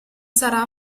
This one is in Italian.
sarà